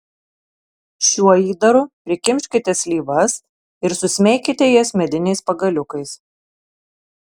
šiuo įdaru prikimškite slyvas ir susmeikite jas mediniais pagaliukais